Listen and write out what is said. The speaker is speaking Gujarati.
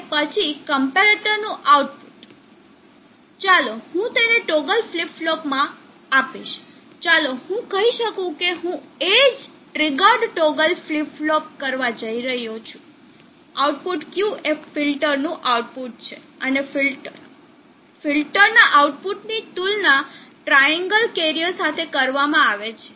અને પછી કમ્પેરેટરનું આઉટપુટ ચાલો હું તેને ટોગલ ફ્લિપ ફ્લોપમાં આપીશ ચાલો હું કહી શકીએ કે હું એજ ટ્રીગર્ડ ફ્લિપ ફ્લોપ કરવા જઇ રહ્યો છું આઉટપુટ Q એ ફિલ્ટર નું આઉટપુટ છે અને ફિલ્ટરના આઉટપુટ ની તુલના ટ્રાઈએન્ગલ કેરીઅર સાથે કરવામાં આવે છે